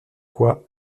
quoi